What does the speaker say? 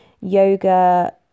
yoga